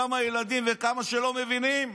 כמה ילדים וכמה שלא מבינים.